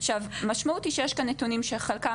המשמעות היא שיש כאן נתונים שחלקם